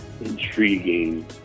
intriguing